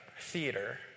theater